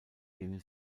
denen